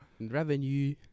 Revenue